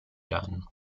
done